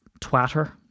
Twitter